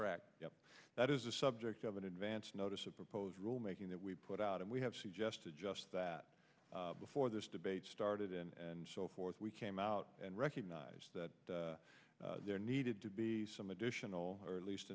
correct yep that is a subject of an advance notice of proposed rule making that we put out and we have suggested just that before this debate started and so forth we came out and recognized that there needed to be some additional or at least